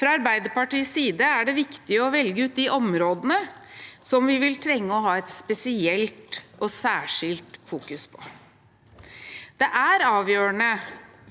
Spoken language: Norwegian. Fra Arbeiderpartiets side er det viktig å velge ut de områdene som vi vil trenge å fokusere spesielt og særskilt på. Det er avgjørende